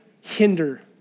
hinder